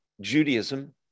Judaism